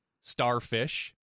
Starfish